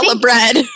bread